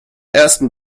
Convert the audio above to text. ersten